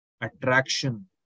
attraction